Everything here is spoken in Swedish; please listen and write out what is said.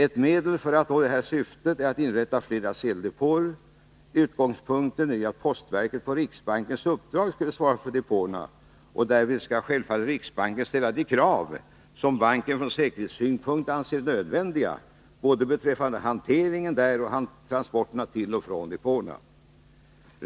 Ett medel för att nå detta syfte är att inrätta flera sedeldepåer. Utgångspunkten är ju att postverket på riksbankens uppdrag skall svara för depåerna, och därvid skall självfallet riksbanken ställa de krav som banken från säkerhetssynpunkt anser nödvändiga både beträffande hanteringen där och när det gäller transporterna till och från depåerna.